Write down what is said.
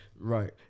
Right